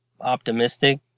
optimistic